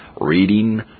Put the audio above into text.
reading